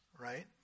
right